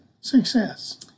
success